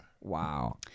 Wow